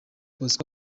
bosco